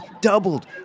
doubled